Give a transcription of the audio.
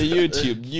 YouTube